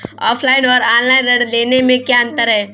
Offline और online ऋण लेने में क्या अंतर है?